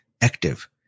active